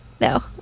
No